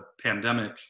pandemic